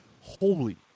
Holy